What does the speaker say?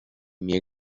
mir